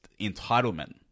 entitlement